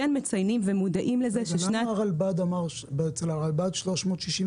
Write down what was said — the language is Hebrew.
מציינים ומודעים לזה ששנת --- אצל הרלב"ד 369